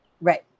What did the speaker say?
Right